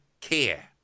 care